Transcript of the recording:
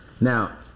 Now